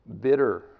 bitter